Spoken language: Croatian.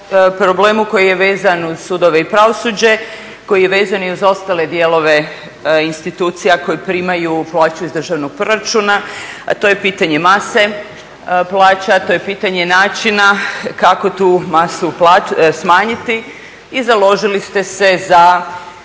problemu koji je vezan uz sudove i pravosuđe, koji je vezan i uz ostale dijelove institucija koji primaju plaću iz državnog proračuna, a to je pitanje mase plaća, to je pitanje načina kako tu masu smanjiti i založili ste se za